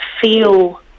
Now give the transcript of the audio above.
feel